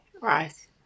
Right